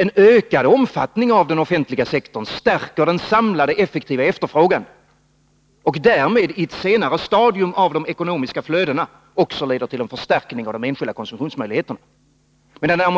En ökad omfattning av den offentliga sektorn stärker den samlade effektiva efterfrågan och leder därmed i ett senare stadium av de ekonomiska flödena också till en förstärkning av de enskilda konsumtionsmöjligheterna.